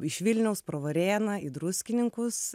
iš vilniaus pro varėną į druskininkus